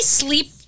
sleep